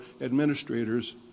administrators